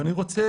ואני רוצה,